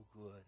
good